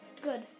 Good